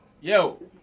Yo